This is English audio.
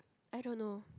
I don't know